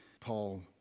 Paul